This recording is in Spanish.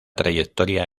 trayectoria